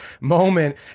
moment